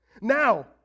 now